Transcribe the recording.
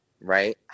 right